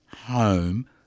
home